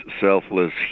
selfless